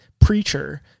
preacher